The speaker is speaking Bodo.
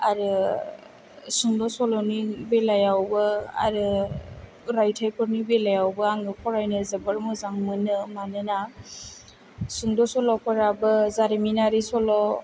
आरो सुंद' सल'नि बेलायवबो आरो राइथाइफोरनि बेलायवबो आङो फरायनो जोबोर मोजां मोनो मानोना सुंद' सल'फोराबो जारिमिनारि सल'